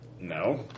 No